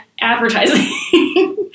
advertising